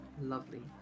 lovely